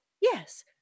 Yes